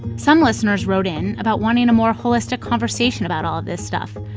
some listeners wrote in about wanting a more holistic conversation about all of this stuff,